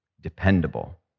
dependable